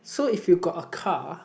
so if you got a car